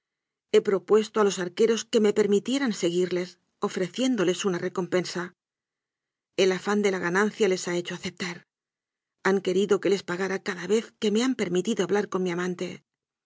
he propuesto a los arque ros que me permitieran seguirles ofreciéndoles una recompensa el afán de la ganancia les ha hecho aceptar han querido que les pagara cada vez que me han permitido hablar con mi aman